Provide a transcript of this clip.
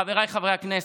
חבריי חברי הכנסת: